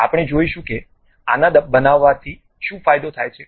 આપણે જોઈશું કે આના બનાવવાથી શું ફાયદો થાય છે